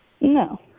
No